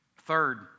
Third